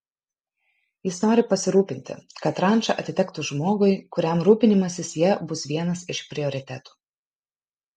jis nori pasirūpinti kad ranča atitektų žmogui kuriam rūpinimasis ja bus vienas iš prioritetų